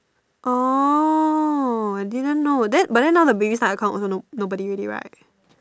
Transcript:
orh I didn't know then but then now the baby start account also no nobody already right